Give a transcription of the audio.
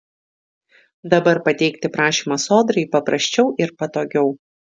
dabar pateikti prašymą sodrai paprasčiau ir patogiau